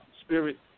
spirit